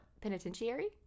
Penitentiary